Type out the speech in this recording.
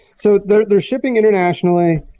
so they're they're shipping internationally.